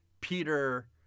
Peter